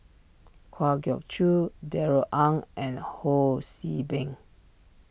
Kwa Geok Choo Darrell Ang and Ho See Beng